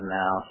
now